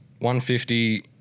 150